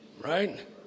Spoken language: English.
Right